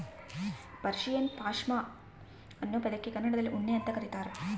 Persian ಪಾಷ್ಮಾ ಅನ್ನೋ ಪದಕ್ಕೆ ಕನ್ನಡದಲ್ಲಿ ಉಣ್ಣೆ ಅಂತ ಕರೀತಾರ